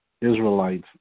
Israelites